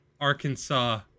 Arkansas